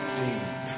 deep